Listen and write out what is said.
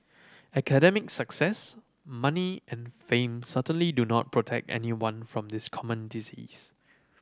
academic success money and fame certainly do not protect anyone from this common disease